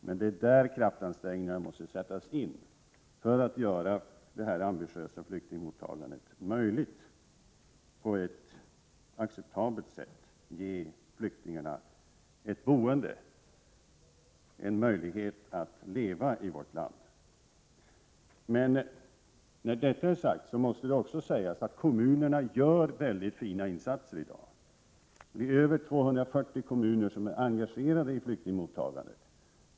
Men det är där kraftansträngningar måste sättas in för att göra detta ambitiösa flyktingmottagande möjligt och på ett acceptabelt sätt ge flyktingarna ett boende, en möjlighet att leva i vårt land. Men det måste också sägas att kommunerna gör väldigt fina insatser i dag. Över 240 kommuner är engagerade i flyktingmottagandet.